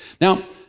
Now